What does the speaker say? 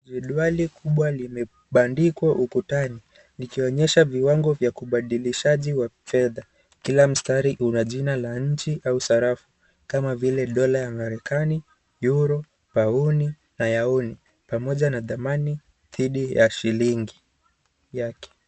Jedwali kubwa limebandikwa ukutani, likionyesha viwango vya ubadilishaji wa fedha. Kila mstari una jina la nchi au sarafu, kama vile: Dola ya Amerikani, Euro , Pauni na Yuan , pamoja na dhamani dhidi ya shilingi yake.